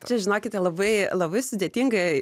čia žinokite labai labai sudėtinga